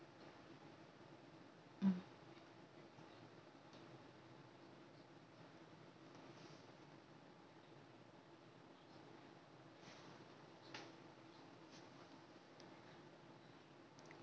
mm